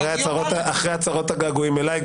אחרי הצהרות הגעגועים אלי,